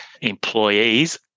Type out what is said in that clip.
employees